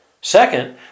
Second